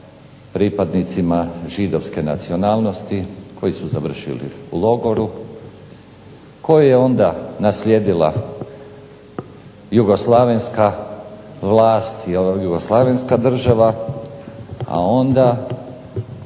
pripadnicima židovske nacionalnosti koji su završili u logoru, koju je onda naslijedila jugoslavenska vlast i Jugoslavenska država, a onda